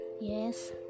Yes